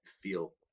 feel